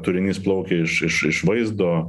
turinys plaukia iš iš iš vaizdo